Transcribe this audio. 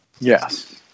Yes